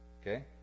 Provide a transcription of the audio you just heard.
Okay